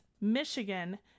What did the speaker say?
Michigan